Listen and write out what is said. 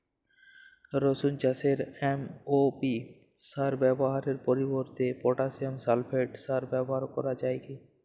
রসুন চাষে এম.ও.পি সার ব্যবহারের পরিবর্তে পটাসিয়াম সালফেট সার ব্যাবহার করা যায় কি?